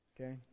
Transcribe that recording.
Okay